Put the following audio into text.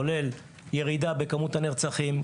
כולל ירידה בכמות הנרצחים,